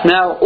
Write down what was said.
Now